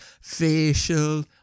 facial